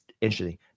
interesting